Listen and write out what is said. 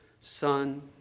Son